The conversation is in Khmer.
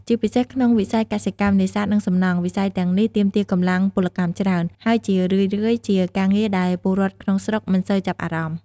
ជាពិសេសក្នុងវិស័យកសិកម្ម នេសាទ និងសំណង់ វិស័យទាំងនេះទាមទារកម្លាំងពលកម្មច្រើន ហើយជារឿយៗជាការងារដែលពលរដ្ឋក្នុងស្រុកមិនសូវចាប់អារម្មណ៍ ។